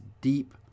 deep